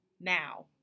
now